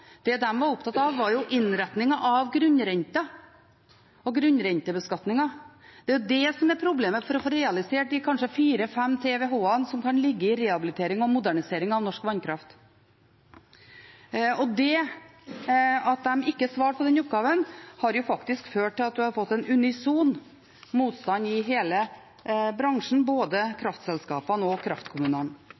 Det de var opptatt av, var innretningen av grunnrenten og grunnrentebeskatningen. Det er jo det som er problemet med å få realisert de kanskje fire–fem TWh-ene som kan ligge i rehabilitering og modernisering av norsk vannkraft. Det at de ikke svarte på den oppgaven, har ført til at man har fått en unison motstand i hele bransjen, både i kraftselskapene og kraftkommunene.